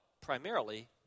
primarily